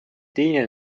teine